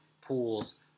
pools